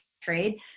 trade